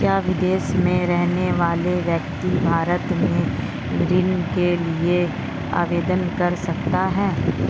क्या विदेश में रहने वाला व्यक्ति भारत में ऋण के लिए आवेदन कर सकता है?